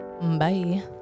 Bye